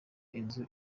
inzu